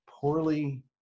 poorly